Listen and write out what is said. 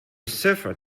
cipher